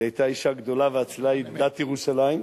והיא היתה אשה גדולה ואצילה, ילידת ירושלים,